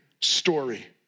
story